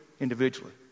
individually